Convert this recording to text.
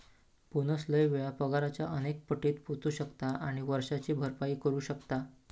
bonus लय वेळा पगाराच्या अनेक पटीत पोचू शकता आणि वर्षाची भरपाई करू शकता